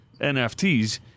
NFTs